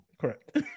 Correct